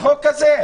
לחוק כזה?